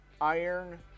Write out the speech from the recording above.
iron